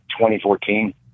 2014